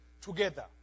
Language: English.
together